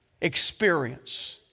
experience